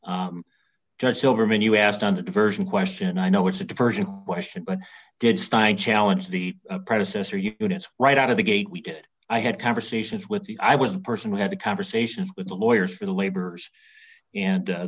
it judge silberman you asked on the diversion question i know it's a diversion question but did stein challenge the predecessor you to it's right out of the gate we did i had conversations with the i was the person who had a conversation with the lawyers for the laborers and